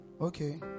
Okay